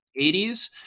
80s